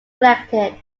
elected